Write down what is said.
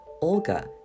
Olga